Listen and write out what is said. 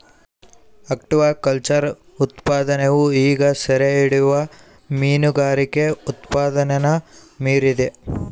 aquaculture ಉತ್ಪಾದನೆಯು ಈಗ ಸೆರೆಹಿಡಿಯುವ ಮೀನುಗಾರಿಕೆ ಉತ್ಪಾದನೆನ ಮೀರಿದೆ